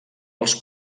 els